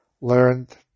learned